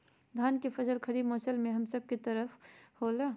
धान के फसल खरीफ मौसम में हम सब के तरफ होला